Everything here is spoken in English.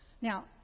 Now